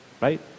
right